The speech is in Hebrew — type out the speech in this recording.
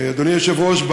אדוני היושב-ראש,